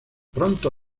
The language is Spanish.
pronto